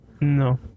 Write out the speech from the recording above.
No